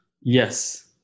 Yes